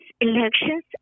elections